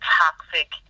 toxic